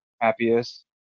happiest